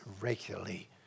regularly